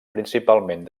principalment